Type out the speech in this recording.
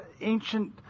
ancient